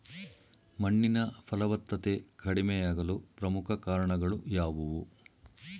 ಮಣ್ಣಿನ ಫಲವತ್ತತೆ ಕಡಿಮೆಯಾಗಲು ಪ್ರಮುಖ ಕಾರಣಗಳು ಯಾವುವು?